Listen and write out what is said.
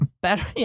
better